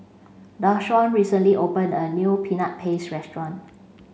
Deshawn recently opened a new Peanut Paste Restaurant